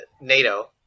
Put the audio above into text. NATO